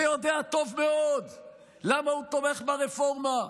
ויודע טוב מאוד למה הוא תומך ברפורמה,